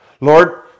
Lord